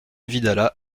vidalat